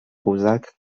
cosaques